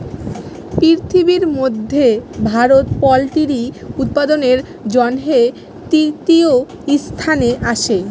পিরথিবির ম্যধে ভারত পোলটিরি উৎপাদনের জ্যনহে তীরতীয় ইসথানে আসে